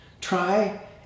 Try